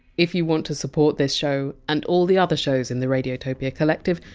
if you want to support this show, and all the other shows in the radiotopia collective,